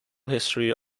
history